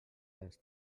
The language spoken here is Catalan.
dels